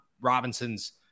Robinson's